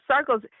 circles